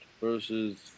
versus